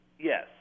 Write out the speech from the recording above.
Yes